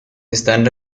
están